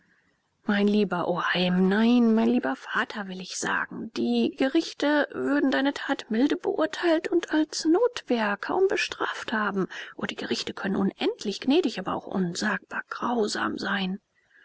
mein lieber oheim nein mein lieber vater will ich sagen die gerichte würden deine tat milde beurteilt und als notwehr kaum bestraft haben o die gerichte können unendlich gnädig aber auch unsagbar grausam sein